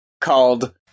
called